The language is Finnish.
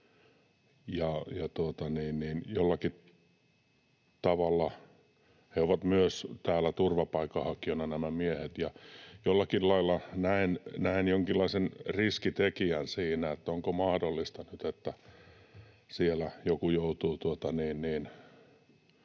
ovat myös täällä turvapaikanhakijana, ja jollakin lailla näen jonkinlaisen riskitekijän siinä, että onko mahdollista nyt, että siellä joku joutuu